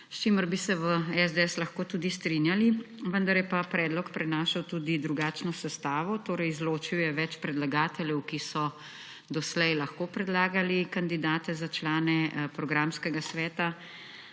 s čimer bi se v SDS lahko tudi strinjali, vendar pa je predlog prinašal tudi drugačno sestavo, torej izločil je več predlagateljev, ki so doslej lahko predlagali kandidate za člane programskega sveta.